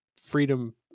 freedom